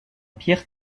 pierre